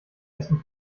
essen